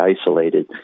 isolated